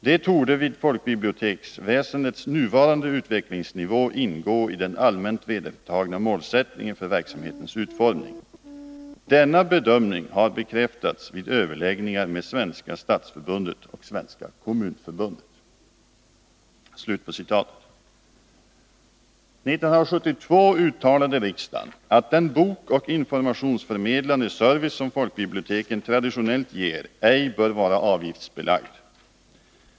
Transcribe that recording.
De torde vid folkbiblioteksväsendets nuvarande utvecklingsnivå ingå i den allmänt vedertagna målsättningen för verksamhetens utformning. Denna bedömning har bekräftats vid överläggningar med Svenska stadsförbundet och Svenska kommunförbundet.” År 1972 uttalade riksdagen att den bokoch informationsförmedlande service som biblioteken traditionellt ger ej bör vara avgiftsbelagd.